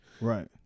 Right